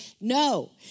No